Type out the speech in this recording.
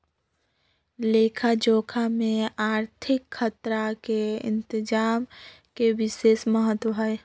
लेखा जोखा में आर्थिक खतरा के इतजाम के विशेष महत्व हइ